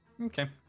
okay